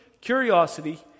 curiosity